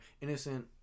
innocent